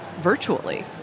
virtually